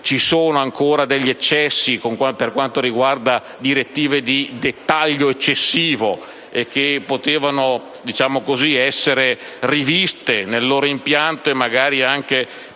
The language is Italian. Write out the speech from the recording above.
ci sono ancora degli eccessi per quanto riguarda direttive di dettaglio eccessivo, che potevano essere riviste nel loro impianto e magari anche